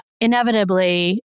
inevitably